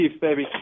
baby